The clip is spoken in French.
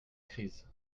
crise